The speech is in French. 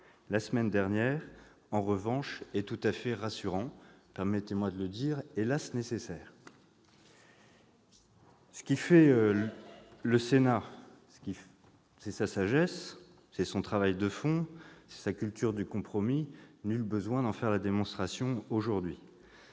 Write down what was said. la semaine dernière, en revanche, est tout à fait rassurant et, permettez-moi de le dire, hélas ! nécessaire. Ce qui fait le Sénat, c'est sa sagesse, c'est son travail de fond, sa culture du compromis ; nul besoin d'en faire la démonstration aujourd'hui.